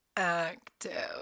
active